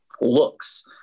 looks